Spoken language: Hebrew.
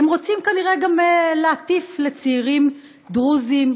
הם רוצים כנראה גם להטיף לצעירים דרוזים,